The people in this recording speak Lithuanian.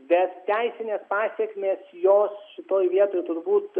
bet teisinės pasekmės jos šitoj vietoj turbūt